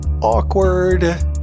awkward